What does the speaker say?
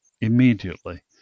immediately